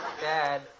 Dad